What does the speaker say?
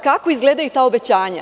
Kako izgledaju ta obećanja?